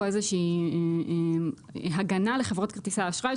איזה שהיא הגנה לחברות כרטיסי האשראי,